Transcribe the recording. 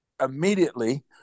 immediately